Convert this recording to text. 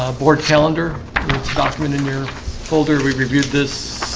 ah board calendar document in your folder we've reviewed this